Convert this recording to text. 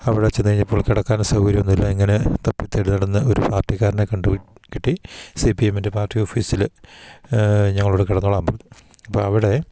അവിടെ ചെന്ന് കഴിഞ്ഞപ്പോൾ കിടക്കാനും സൗകര്യം ഒന്നും ഇല്ല ഇങ്ങനെ തപ്പിത്തേടി നടന്ന് ഒരു പാർട്ടിക്കാരനെ കണ്ട് കിട്ടി സി പി എമ്മിൻ്റെ പാർട്ടി ഓഫീസിൽ ഞങ്ങളോട് കിടന്നോളാന് പറഞ്ഞു അപ്പം അവിടെ